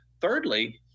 Thirdly